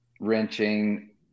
wrenching